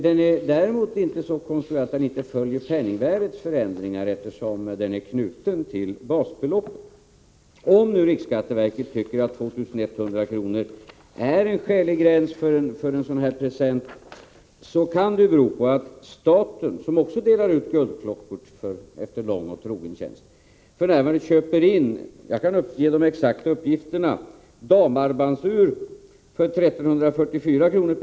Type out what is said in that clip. Däremot är gränsen inte så konstruerad att den inte följer penningvärdets förändring, för den är knuten till basbeloppet. Om riksskatteverket tycker att 2 100 kr. är en skälig gräns för dessa presenter, kan det bero på att staten, som också delar ut guldklockor efter lång och trogen tjänst, f.n. köper in — här kan jag lämna exakta uppgifter — damarmbandsur för 1 344 kr.